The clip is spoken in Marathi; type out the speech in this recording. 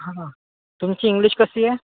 तुमची इंग्लिश कशी आहे